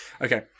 Okay